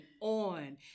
on